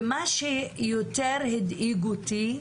ומה שיותר הדאיג אותי,